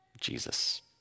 Jesus